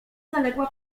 zaległa